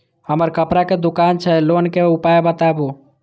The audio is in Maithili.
हमर कपड़ा के दुकान छै लोन के उपाय बताबू?